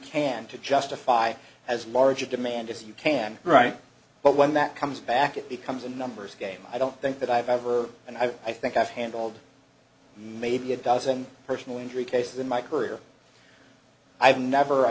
can to justify as large a demand as you can right but when that comes back it becomes a numbers game i don't think that i've ever and i i think i've handled maybe a dozen personal injury cases in my career i've never i